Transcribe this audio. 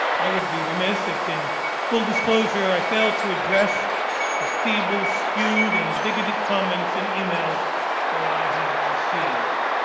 i would be remiss if in full disclosure i fail to address the feeble, skewed and bigoted comments in emails that i have received.